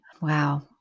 Wow